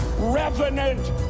revenant